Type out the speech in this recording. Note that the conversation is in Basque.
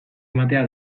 ematea